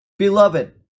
Beloved